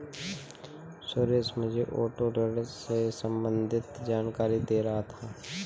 सुरेश मुझे ऑटो ऋण से संबंधित जानकारी दे रहा था